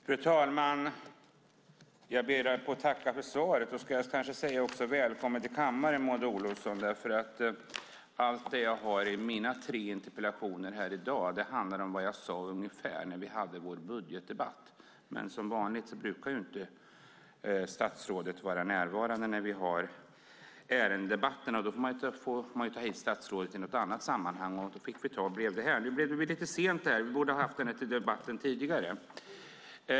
Fru talman! Jag ber att få tacka för svaret. Välkommen till kammaren, Maud Olofsson, ska jag kanske också säga. Allt jag har i mina tre interpellationer i dag handlar om vad jag sade ungefär när vi hade vår budgetdebatt. Men som vanligt brukar inte statsrådet vara närvarande när vi har ärendedebatter. Då får man ta hit statsrådet i något annat sammanhang. Nu blev det interpellationsdebatter. Det blev lite sent. Vi borde ha haft den här debatten tidigare.